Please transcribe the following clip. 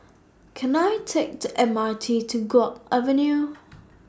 Can I Take The M R T to Guok Avenue